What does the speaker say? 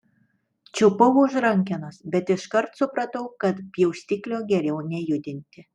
čiupau už rankenos bet iškart supratau kad pjaustiklio geriau nejudinti